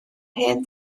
hen